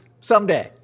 someday